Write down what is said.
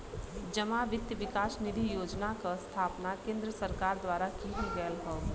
जमा वित्त विकास निधि योजना क स्थापना केन्द्र सरकार द्वारा किहल गयल हौ